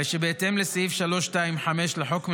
הרי שבהתאם לסעיף 325 לחוק,